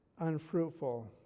unfruitful